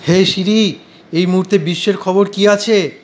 হেই Siri এই মুহূর্তে বিশ্বের খবর কি আছে